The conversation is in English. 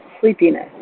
sleepiness